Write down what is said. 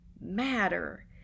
matter